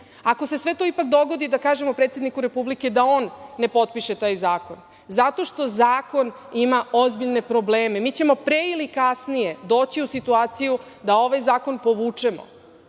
Ako se sve to dogodi, da kažemo predsedniku republike da on ne potpiše taj zakon, zato što zakon ima ozbiljne probleme. Mi ćemo pre ili kasnije doći u situaciju da ovaj zakon povučemo.